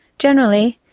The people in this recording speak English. generally,